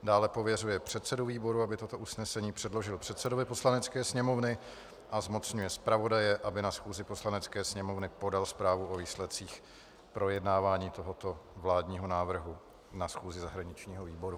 Dále, pověřuje předsedu výboru, aby toto usnesení předložil předsedovi Poslanecké sněmovny, a zmocňuje zpravodaje, aby na schůzi Poslanecké sněmovny podal zprávu o výsledcích projednávání tohoto vládního návrhu na schůzi zahraničního výboru.